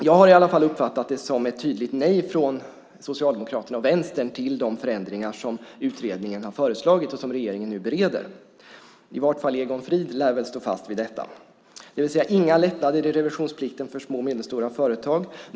Jag har i alla fall uppfattat det som ett tydligt nej från Socialdemokraterna och Vänstern till de förändringar som utredningen har föreslagit och som regeringen nu bereder. I vart fall Egon Frid lär väl stå fast vid detta, det vill säga inga lättnader i revisionsplikten för små och medelstora företag.